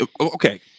okay